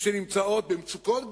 שנמצאות במצוקות גדולות.